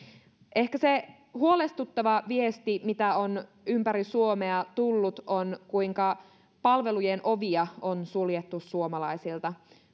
ehkä se huolestuttava viesti mitä on ympäri suomea tullut on se kuinka palvelujen ovia on suljettu suomalaisilta